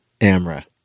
Amra